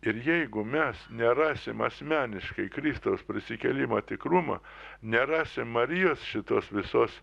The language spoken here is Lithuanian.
ir jeigu mes nerasim asmeniškai kristaus prisikėlimo tikrumą nerasim marijos šitos visos